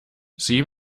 seem